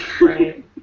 Right